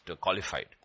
qualified